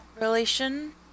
relation